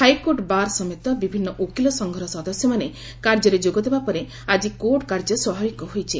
high court bar ସମେତ ବିଭିନ୍ନ ଓକିଲ ସଂଘର ସଦସ୍ୟମାନେ କାର୍ଯ୍ୟରେ ଯୋଗଦେବା ପରେ ଆଜି କୋର୍ଟ କାର୍ଯ୍ୟ ସ୍ୱାଭାବିକ ହୋଇଛି